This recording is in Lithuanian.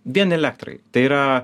vien elektrai tai yra